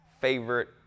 favorite